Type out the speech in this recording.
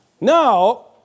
now